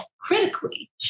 critically